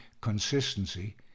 consistency